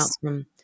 from-